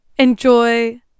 Enjoy